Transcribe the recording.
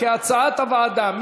כהצעת הוועדה.